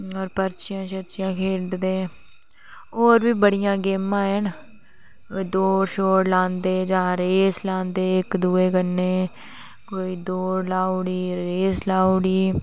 और पर्चियां खेलदे और बी बडियां गेमा हेन दौड़ शोड़ लांदे जां रेस लांदे इक दोऐ कन्ने कोई दौड़ लाऔ डी रेस लाओ डी